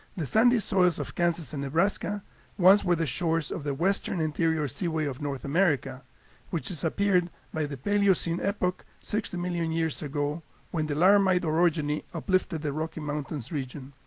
the sandy soils of kansas and nebraska once were the shores of the western interior seaway of north america which disappeared by the paleocene epoch sixty million years ago when the laramide orogeny uplifted the rocky mountains region.